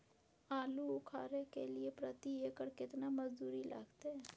आलू उखारय के लिये प्रति एकर केतना मजदूरी लागते?